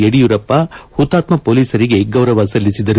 ಯಡಿಯೂರಪ್ಪ ಹುತಾತ್ನ ಪೊಲೀಸರಿಗೆ ಗೌರವ ಸಲ್ಲಿಸಿದರು